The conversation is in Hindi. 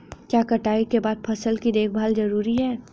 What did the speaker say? क्या कटाई के बाद फसल की देखभाल जरूरी है?